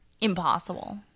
impossible